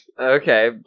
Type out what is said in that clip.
Okay